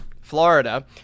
Florida